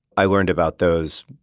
i learned about those,